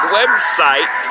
website